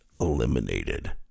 eliminated